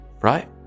right